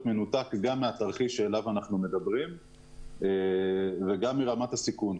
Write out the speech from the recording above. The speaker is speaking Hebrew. מנותק מהתרחיש המדובר וגם מרמת הסיכון.